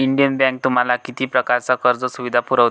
Indian Bank तुम्हाला किती प्रकारच्या कर्ज सुविधा पुरवते?